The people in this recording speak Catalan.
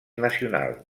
nacional